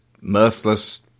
mirthless